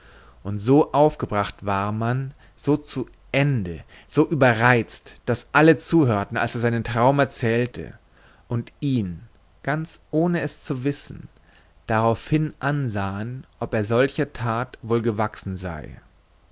und so aufgebracht war man so zu ende so überreizt daß alle zuhörten als er seinen traum erzählte und ihn ganz ohne es zu wissen daraufhin ansahen ob er solcher tat wohl gewachsen sei